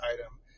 item